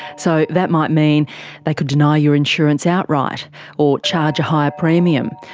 so that might mean they could deny your insurance outright, or charge a higher premium,